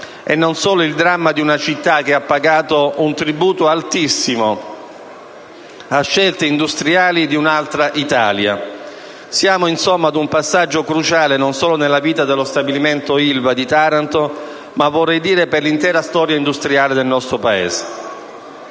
e non solo il dramma di una città che ha pagato un tributo altissimo a scelte industriali di un'altra Italia. Siamo, insomma, ad un passaggio cruciale, non solo per la vita dello stabilimento Ilva di Taranto, ma anche per l'intera storia industriale dei nostro Paese.